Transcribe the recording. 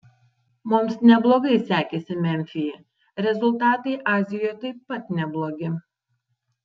mums neblogai sekėsi memfyje rezultatai azijoje taip pat neblogi